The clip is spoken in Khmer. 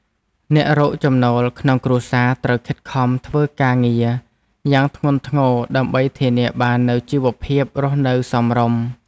អ្នករកចំណូលក្នុងគ្រួសារត្រូវខិតខំធ្វើការងារយ៉ាងធ្ងន់ធ្ងរដើម្បីធានាបាននូវជីវភាពរស់នៅសមរម្យ។